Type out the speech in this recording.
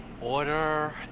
order